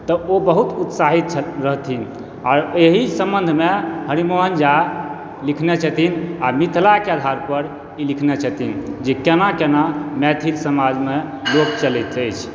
तऽ ओ बहुत उत्साहित रहथिन आओर एहि सम्बन्धमे हरिमोहन झा लिखने छथिन आ मिथिलाके आधार पर लिखने छथिन जे केना केना मैथिल समाजमे लोक चलैत अछि